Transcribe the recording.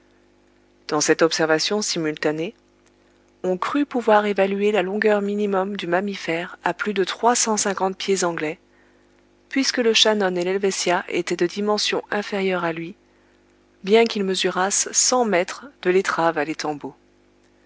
dans cette observation simultanée on crut pouvoir évaluer la longueur minimum du mammifère à plus de trois cent cinquante pieds anglais puisque le shannon et l'helvetia étaient de dimension inférieure à lui bien qu'ils mesurassent cent mètres de l'étrave